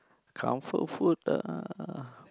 comfort food ah